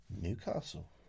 Newcastle